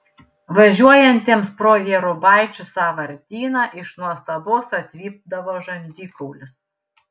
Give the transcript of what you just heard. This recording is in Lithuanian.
važiuojantiems pro jėrubaičių sąvartyną iš nuostabos atvipdavo žandikaulis